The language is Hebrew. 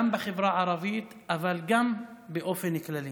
גם בחברה הערבית, אבל גם באופן כללי.